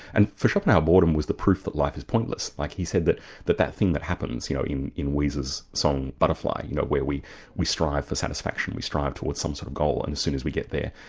and for schopenhauer boredom was the proof that life is pointless. like he said that that that thing that happens you know in in weezer's song butterfly, you know where we we strive for satisfaction, we strive towards some sort of goal, and as soon as we get there,